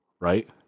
right